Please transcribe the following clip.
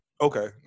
Okay